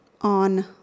on